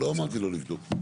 לא אמרתי לא לבדוק.